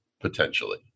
potentially